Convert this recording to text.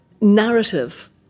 narrative